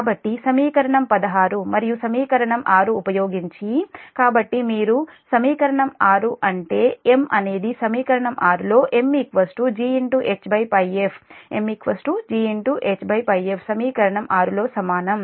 కాబట్టి సమీకరణం 16 మరియు సమీకరణం 6 ఉపయోగించి కాబట్టి మీరు 6 సమీకరణం అంటే M అనేది సమీకరణం 6 లో M GHΠf M GHΠf సమీకరణం 6 లో సమానం